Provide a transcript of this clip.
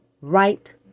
right